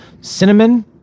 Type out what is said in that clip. cinnamon